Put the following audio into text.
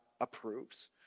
approves